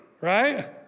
right